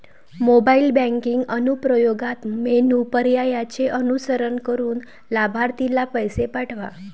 mobile banking अनुप्रयोगात menu पर्यायांचे अनुसरण करून लाभार्थीला पैसे पाठवा